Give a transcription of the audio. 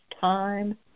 time